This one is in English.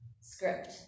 script